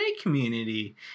community